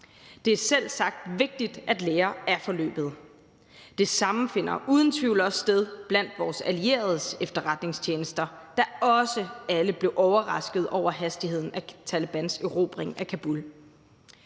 Det er selvsagt vigtigt at lære af forløbet. Det samme finder uden tvivl også sted blandt vores allieredes efterretningstjenester, der også alle blev overraskede over hastigheden af Talebans erobring af Kabul.